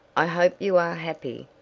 i hope you are happy.